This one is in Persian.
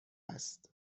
است